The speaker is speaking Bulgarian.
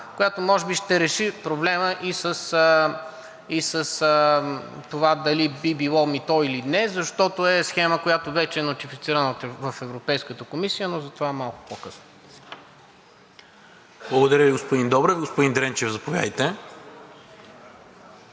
която може би ще реши проблема и с това дали би било мито или не, защото е схема, която вече е нотифицирана в Европейската комисия, но за това малко по-късно. ПРЕДСЕДАТЕЛ НИКОЛА МИНЧЕВ: Благодаря Ви, господин Добрев. Господин Дренчев, заповядате.